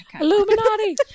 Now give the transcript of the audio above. Illuminati